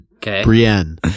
Brienne